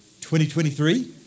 2023